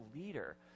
leader